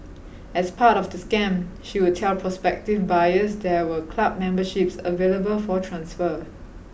as part of the scam she would tell prospective buyers there were club memberships available for transfer